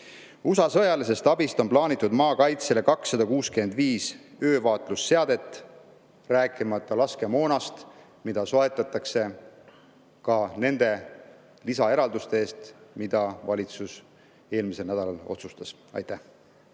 USA sõjalise abina on plaanitud maakaitsele [tarnida] 265 öövaatlusseadet. Rääkimata laskemoonast, mida soetatakse ka selle lisaeraldise eest, mille valitsus eelmisel nädalal otsustas. Aitäh,